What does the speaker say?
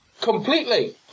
Completely